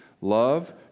love